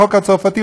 החוק הצרפתי,